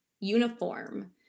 Uniform